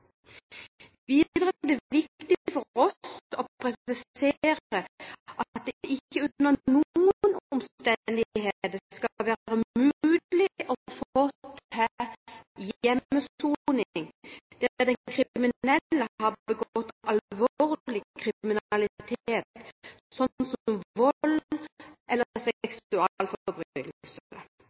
Videre er det viktig for oss å presisere at det ikke under noen omstendigheter skal være mulig å få hjemmesoning der den kriminelle har begått alvorlig kriminalitet, sånn som volds- eller seksualforbrytelser. Det